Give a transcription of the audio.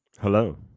hello